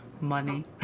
money